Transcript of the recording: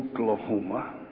Oklahoma